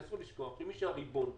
אסור לשכוח מי הריבון בסוף,